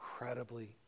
incredibly